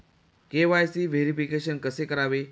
KYC verification कसे करावे?